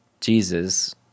Jesus